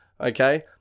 okay